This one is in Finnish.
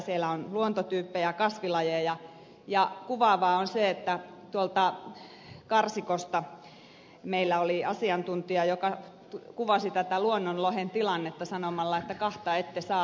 siellä on luontotyyppejä kasvilajeja ja kuvaavaa on se että karsikosta meillä oli asiantuntija joka kuvasi luonnonlohen tilannetta sanomalla että kahta ette saa